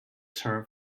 term